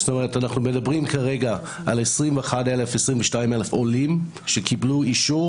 זאת אומרת אנחנו מדברים על 22,000-21,000 עולים שקיבלו אישור